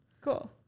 cool